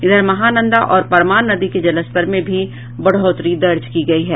इधर महानंदा और परमान नदी के जलस्तर में भी बढ़ोतरी दर्ज की गई है